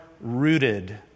rooted